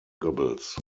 goebbels